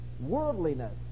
worldliness